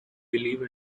believe